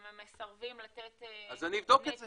הם מסרבים לתת את המידע -- אני אבדוק את זה.